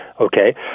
Okay